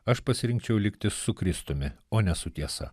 aš pasirinkčiau likti su kristumi o ne su tiesa